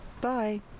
Bye